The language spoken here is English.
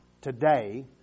today